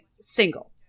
single